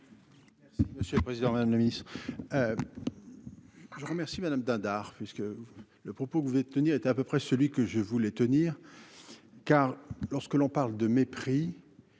Monsieur le Président Madame le Ministre. Je remercie Madame Dindar puisque le propos pouvaient tenir était à peu près celui que je voulais tenir. Car lorsque l'on parle de mépris.